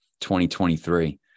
2023